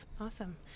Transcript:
Awesome